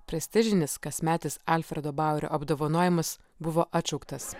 prestižinis kasmetis alfredo bauerio apdovanojimas buvo atšauktas